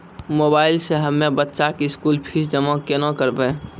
Mobile से हम्मय बच्चा के स्कूल फीस जमा केना करबै?